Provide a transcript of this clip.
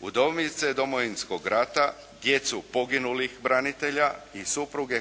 udovice Domovinskog rata, djecu poginulih branitelja i supruge